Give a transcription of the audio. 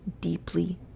deeply